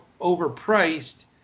overpriced